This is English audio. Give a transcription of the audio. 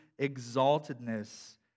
exaltedness